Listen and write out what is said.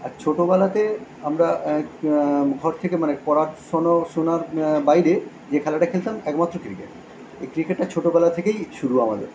আর ছোটোবেলাতে আমরা ঘর থেকে মানে পড়াশুনো শুনার বাইরে যে খেলাটা খেলতাম একমাত্র ক্রিকেট এই ক্রিকেটটা ছোটোবেলা থেকেই শুরু আমাদের